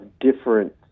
different